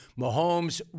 Mahomes